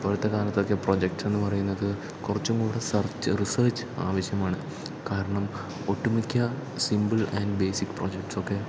ഇപ്പോഴത്തെ കാലത്തൊക്കെ പ്രൊജക്ടെന്ന് പറയുന്നത് കുറച്ചുകൂടെ സെർച്ച് റിസർച്ച് ആവശ്യമാണ് കാരണം ഒട്ടുമിക്ക സിംപിൾ ആൻഡ് ബേസിക്ക് പ്രൊജക്റ്റ്സൊക്കെ